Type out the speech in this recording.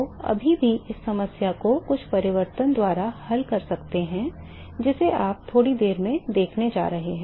तो अभी भी इस समस्या को कुछ परिवर्तन द्वारा हल कर सकते हैं जिसे आप थोड़ी देर में देखने जा रहे हैं